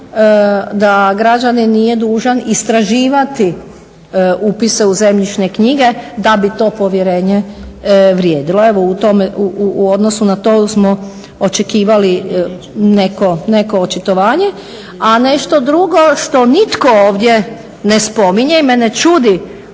da građanin nije dužan istraživati upise u zemljišne knjige da bi to povjerenje vrijedilo. Evo u odnosu na to smo očekivali neko očitovanje. A nešto drugo što nitko ovdje ne spominje i mene čudi